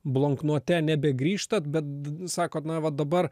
blouknote nebegrįžtat bet sakot na va dabar